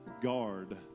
Guard